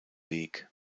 weg